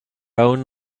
own